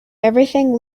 everything